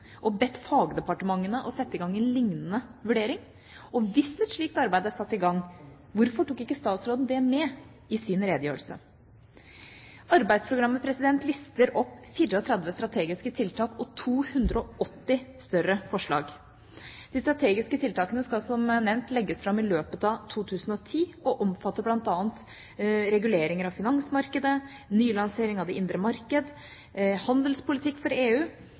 og bedt fagdepartementene om å sette i gang en lignende vurdering? Hvis et slikt arbeid er satt i gang, hvorfor tok ikke statsråden det med i sin redegjørelse? Arbeidsprogrammet lister opp 34 strategiske tiltak og 280 større forslag. De strategiske tiltakene skal som nevnt legges fram i løpet av 2010, og omfatter bl.a. reguleringer av finansmarkedet, nylansering av det indre marked og handelspolitikk for EU.